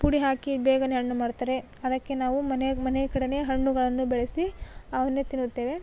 ಪುಡಿ ಹಾಕಿ ಬೇಗನೇ ಹಣ್ಣು ಮಾಡುತ್ತಾರೆ ಅದಕ್ಕೆ ನಾವು ಮನೆ ಮನೆಯ ಕಡೆನೇ ಹಣ್ಣುಗಳನ್ನು ಬೆಳೆಸಿ ಅವನ್ನೇ ತಿನ್ನುತ್ತೇವೆ